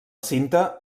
cinta